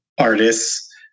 artists